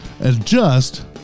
Adjust